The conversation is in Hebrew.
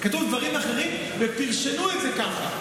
כתוב דברים אחרים ופירשו את זה ככה.